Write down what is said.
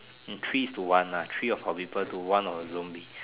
increase to one lah three of our people to one of the zombies